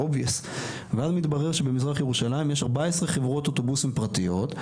ואז מתברר שבמזרח ירושלים יש ארבע עשרה חברות אוטובוסים פרטיות,